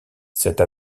cette